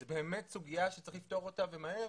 זו באמת סוגיה שצריך לפתור אותה ומהר,